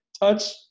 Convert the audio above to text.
touch